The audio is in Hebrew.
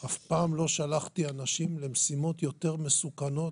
אף פעם לא שלחתי אנשים למשימות יותר מסוכנות